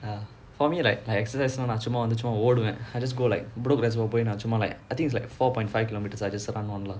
uh for me right I exercise சும்மா சும்மா ஓடுவான்:summa summa ooduvaan I just go like bedok reservoir நான் சும்மா:naan chumma I think it's like four point five kilometres I just run on it lah